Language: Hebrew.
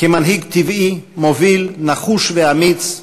כמנהיג טבעי מוביל, נחוש ואמיץ,